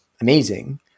amazing